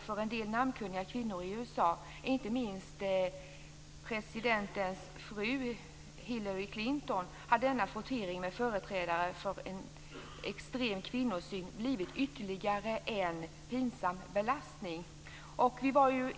För en del namnkunniga kvinnor i USA, inte minst presidentens fru Hillary Clinton, har denna frottering med företrädare för en extrem kvinnosyn blivit ytterligare en pinsam belastning.